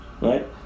right